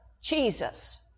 Jesus